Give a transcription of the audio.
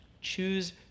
Choose